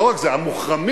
לא רק זה: המוחרמים,